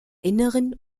inneren